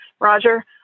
Roger